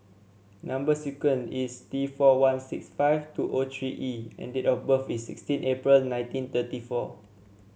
number sequence is T four one six five two O three E and date of birth is sixteen April nineteen thirty four